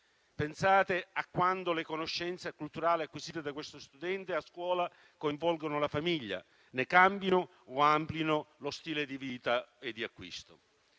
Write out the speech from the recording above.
e a quanto le conoscenze culturali acquisite da questo studente a scuola coinvolgano la famiglia e ne cambino o amplino lo stile di vita e di acquisto.